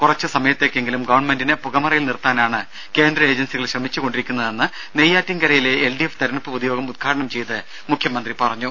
കുറച്ച് സമയത്തേക്കെങ്കിലും ഗവൺമെന്റിനെ പുകമറയിൽ നിർത്താനാണ് കേന്ദ്ര ഏജൻസികൾ ശ്രമിച്ചു കൊണ്ടിരിക്കുന്നതെന്ന് നെയ്യാറ്റിൻകരയിലെ എൽഡിഎഫ് തെരഞ്ഞെടുപ്പ് പൊതുയോഗം ഉദ്ഘാടനം ചെയ്ത് മുഖ്യമന്ത്രി പറഞ്ഞു